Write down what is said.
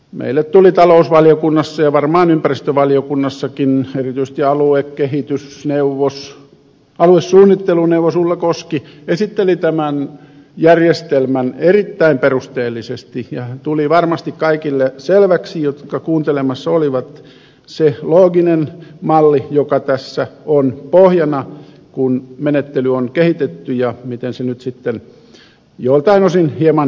meille tuli talousvaliokunnassa ja varmaan ympäristövaliokunnassakin erityisesti aluesuunnitteluneuvos ulla koski esitteli tämän järjestelmän erittäin perusteellisesti kaikille selväksi jotka kuuntelemassa olivat se looginen malli joka tässä on pohjana kun menettely on kehitetty ja miten se nyt sitten joiltain osin hieman uudistuu